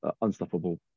unstoppable